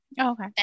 Okay